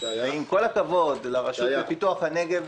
עם כל הכבוד לרשות לפיתוח הנגב,